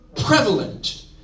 prevalent